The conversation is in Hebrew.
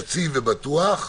יציב ובטוח,